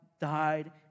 died